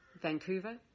Vancouver